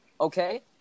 Okay